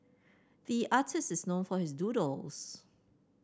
the artist is known for his doodles